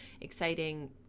exciting